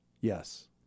yes